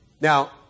Now